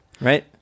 Right